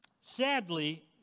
sadly